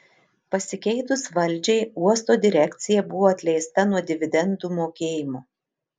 pasikeitus valdžiai uosto direkcija buvo atleista nuo dividendų mokėjimo